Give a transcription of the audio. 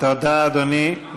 תודה, אדוני.